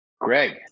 Greg